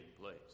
place